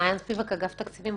מעין ספיבק, אגף תקציבים.